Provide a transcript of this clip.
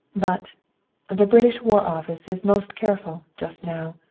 but the british war office is most careful, just now.